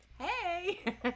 hey